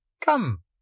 Come